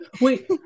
wait